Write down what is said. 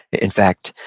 in fact,